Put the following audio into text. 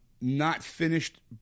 not-finished